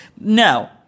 No